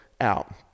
out